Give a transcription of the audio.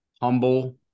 humble